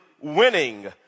winning